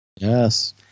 Yes